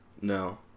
No